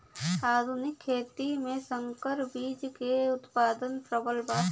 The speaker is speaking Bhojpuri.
आधुनिक खेती में संकर बीज क उतपादन प्रबल बा